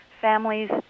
families